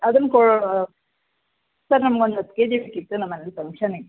ಅದನ್ನು ಕೋ ಸರ್ ನಮ್ಗೊಂದು ಹತ್ತು ಕೆಜಿ ಬೇಕಿತ್ತು ನಮ್ಮ ಮನೇಲಿ ಫಂಕ್ಷನ್ ಇತ್ತು